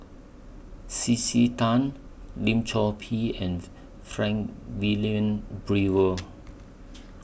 C C Tan Lim Chor Pee and Frank Wilmin Brewer